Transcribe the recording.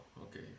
okay